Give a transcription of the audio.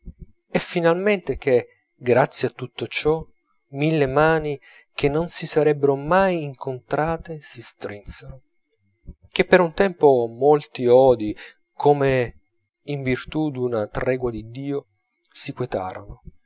e finalmente che grazie a tutto ciò mille mani che non si sarebbero mai incontrate si strinsero che per un tempo molti odii come in virtù d'una tregua di dio si quetarono